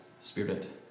spirit